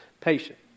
patient